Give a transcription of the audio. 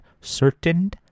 certain